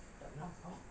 do not off